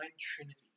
trinity